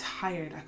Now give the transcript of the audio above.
tired